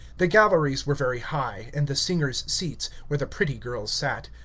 the galleries were very high, and the singers' seats, where the pretty girls sat,